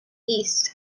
east